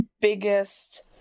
biggest